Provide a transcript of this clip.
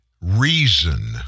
Reason